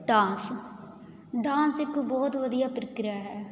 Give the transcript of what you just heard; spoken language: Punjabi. ਡਾਂਸ ਡਾਂਸ ਇੱਕ ਬਹੁਤ ਵਧੀਆ ਪ੍ਰਕਿਰਿਆ ਹੈ